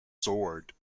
sword